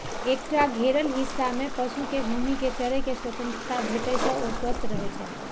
एकटा घेरल हिस्सा मे पशु कें घूमि कें चरै के स्वतंत्रता भेटै से ओ स्वस्थ रहै छै